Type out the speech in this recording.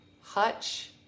Hutch